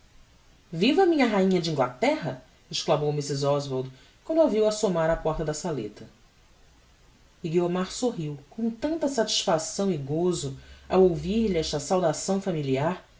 viva a minha rainha de inglaterra exclamou mrs oswald quando a viu assomar á porta da saleta e guiomar sorriu com tanta satisfação e gôzo ao ouvir-lhe esta saudação familiar